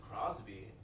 Crosby